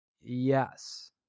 yes